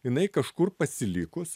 jinai kažkur pasilikus